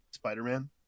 Spider-Man